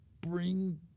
bring